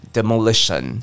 Demolition